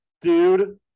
dude